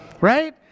Right